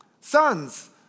sons